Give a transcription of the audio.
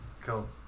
Cool